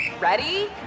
Ready